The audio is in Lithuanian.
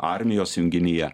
armijos junginyje